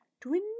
twin